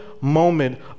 moment